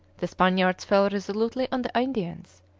the spaniards fell resolutely on the indians,